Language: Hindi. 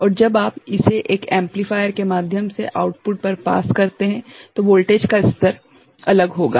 और जब आप इसे एक एम्पलीफायर के माध्यम से आउटपुट पर पास करते हैं तो वोल्टेज का स्तर अलग होगा